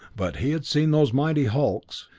but he had seen those mighty hulks,